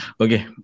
Okay